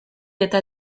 eta